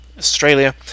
Australia